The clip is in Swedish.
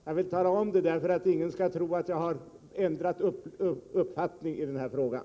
Jag vill tala om det därför att ingen skall tro att jag har ändrat uppfattning i den här frågan.